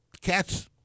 Cats